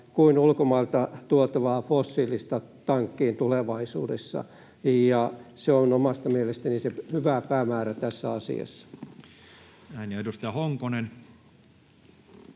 kuin ulkomailta tuotavaa fossiilista tankkiin tulevaisuudessa. Se on omasta mielestäni se hyvä päämäärä tässä asiassa. [Speech 145] Speaker: